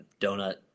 donut